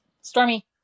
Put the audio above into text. Stormy